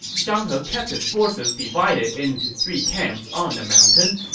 zhang he kept his forces divided into three camps on the mountain,